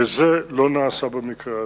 וזה לא נעשה במקרה הזה.